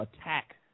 attack